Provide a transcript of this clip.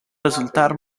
resultar